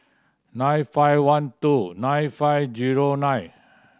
nine five one two nine five zero nine